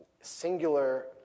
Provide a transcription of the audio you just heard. singular